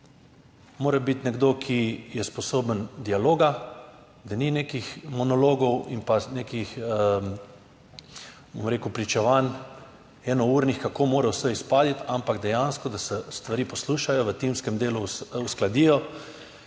Mora biti nekdo, ki je sposoben dialoga, da ni nekih monologov in pa nekih, bom rekel, pričevanj enournih kako mora vse izpaditi, ampak dejansko, da se stvari poslušajo v timskem delu uskladijo